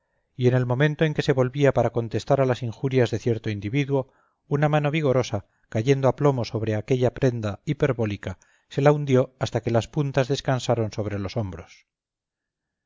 y en el momento en que se volvía para contestar a las injurias de cierto individuo una mano vigorosa cayendo a plomo sobre aquella prenda hiperbólica se la hundió hasta que las puntas descansaron sobre los hombros